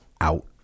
Out